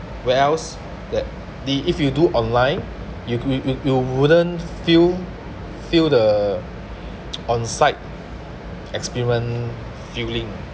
where else that the if you do online you do it with you wouldn't feel feel the on site experience feeling